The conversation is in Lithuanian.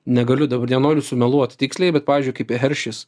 negaliu dabar nenoriu sumeluot tiksliai bet pavyzdžiui kaip hersheys